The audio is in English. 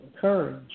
courage